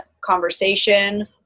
conversation